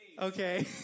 okay